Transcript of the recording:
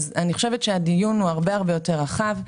אני חושבת שהדיון הרבה יותר רחב.